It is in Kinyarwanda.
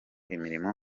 imirimo